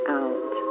out